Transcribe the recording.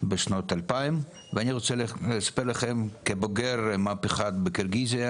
בשנות ה-2000 ואני רוצה לספר לכם כבוגר מהפכת קירגיזיה